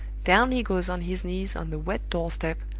down he goes on his knees on the wet doorstep,